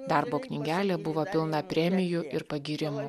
darbo knygelė buvo pilna premijų ir pagyrimų